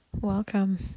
Welcome